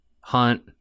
Hunt